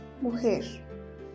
mujer